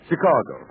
Chicago